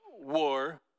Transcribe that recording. war